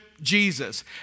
Jesus